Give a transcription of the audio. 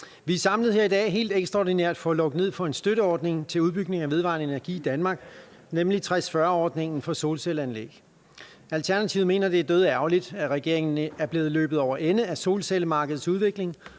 Vi er samlet her i dag helt ekstraordinært for at lukke ned for en støtteordning til udbygning af vedvarende energi i Danmark, nemlig 60-40-ordningen for solcelleanlæg. Alternativet mener, at det er dødærgerligt, at regeringen er blevet løbet over ende af solcellemarkedets udvikling